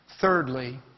Thirdly